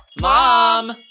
Mom